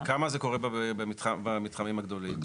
וכמה זה קורה במתחמים הגדולים?